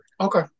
Okay